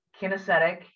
kinesthetic